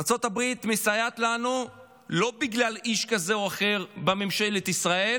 ארצות הברית מסייעת לנו לא בגלל איש כזה או אחר בממשלת ישראל